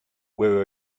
where